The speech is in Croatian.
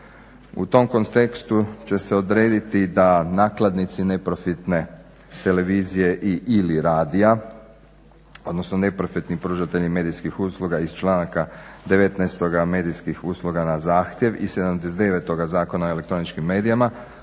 U tom kontekstu će se odrediti da nakladnici neprofitne televizije i/ili radija, odnosno neprofitni pružatelji medijskih usluga iz članka 19. medijskih usluga na zahtjev i 79. Zakona o elektroničkim medijima